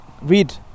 read